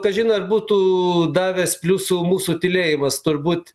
kažin ar būtų davęs pliusų mūsų tylėjimas turbūt